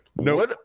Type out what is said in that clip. no